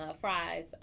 fries